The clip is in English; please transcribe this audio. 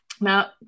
Now